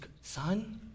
son